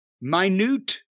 minute